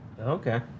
okay